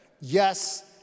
Yes